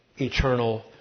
eternal